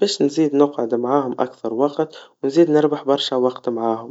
باش نزيد نقعد معاهم أكثر وقت, ونزيد نربش برشا وقت معاهم.